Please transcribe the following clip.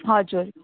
हजुर